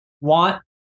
want